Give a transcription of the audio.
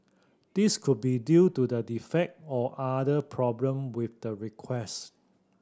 this could be due to the defect or other problem with the request